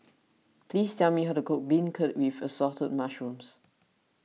please tell me how to cook Beancurd with Assorted Mushrooms